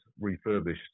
refurbished